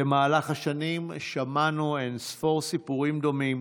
במהלך השנים שמענו אין-ספור סיפורים דומים